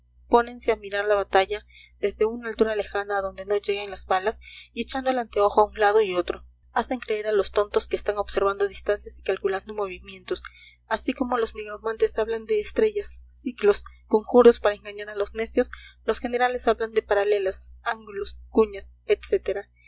pónense a mirar la batalla desde una altura lejana a donde no lleguen las balas y echando el anteojo a un lado y otro hacen creer a los tontos que están observando distancias y calculando movimientos así como los nigromantes hablan de estrellas ciclos conjuros para engañar a los necios los generales hablan de paralelas ángulos cuñas